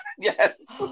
Yes